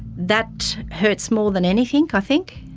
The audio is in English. that hurts more than anything, i think.